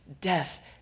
death